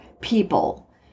people